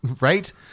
right